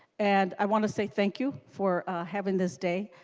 and i want to say thank you for having the state.